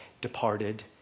departed